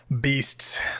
beasts